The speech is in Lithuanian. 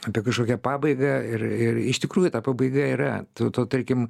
apie kažkokią pabaigą ir ir iš tikrųjų ta pabaiga yra to tarkim